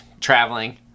traveling